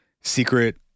secret